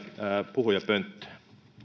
puhujapönttöön